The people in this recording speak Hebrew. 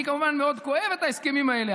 אני כמובן מאוד כואב את ההסכמים האלה,